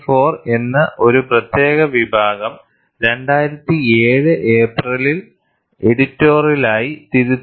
4 എന്ന ഒരു പ്രത്യേക വിഭാഗം 2007 ഏപ്രിലിൽ എഡിറ്റോറിയലായി തിരുത്തി